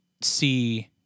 see